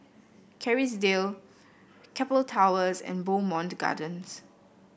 Kerrisdale Keppel Towers and Bowmont Gardens